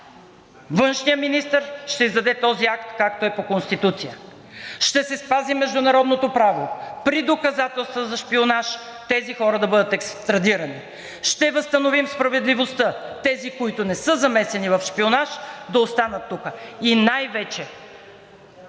Външният министър ще издаде този акт, както е по Конституция – ще се спази международното право при доказателства за шпионаж тези хора да бъдат екстрадирани. Ще възстановим справедливостта тези, които не са замесени в шпионаж, да останат тук и най-вече